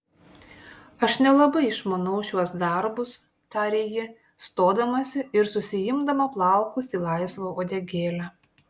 aš nelabai išmanau šiuos darbus tarė ji stodamasi ir susiimdama plaukus į laisvą uodegėlę